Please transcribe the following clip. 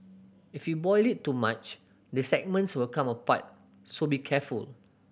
if you boil it too much the segments will come apart so be careful